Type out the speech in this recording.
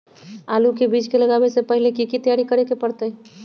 आलू के बीज के लगाबे से पहिले की की तैयारी करे के परतई?